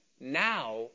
now